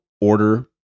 order